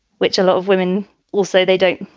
which a lot of women will say they don't.